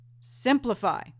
simplify